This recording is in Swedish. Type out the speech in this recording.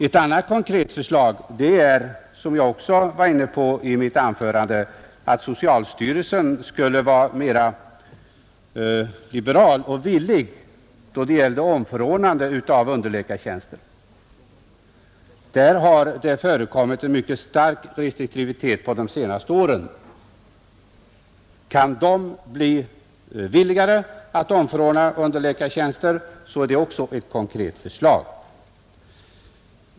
Ett annat konkret förslag är, vilket jag också var inne på i mitt tidigare anförande, att socialstyrelsen skulle vara mer liberal och villig då det gäller omförordnande på underläkartjänster. Därvidlag har det förekom mit en mycket stark restriktivitet under de senaste åren. Kan socialstyrelsen bli mer benägen att omförordna på underläkartjänster ser jag även det som ett konkret förslag.